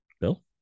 Bill